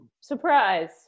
Surprise